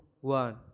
one